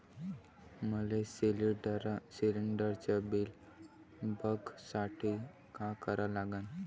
मले शिलिंडरचं बिल बघसाठी का करा लागन?